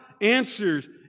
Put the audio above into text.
answers